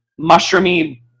mushroomy